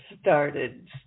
started